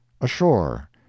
ASHORE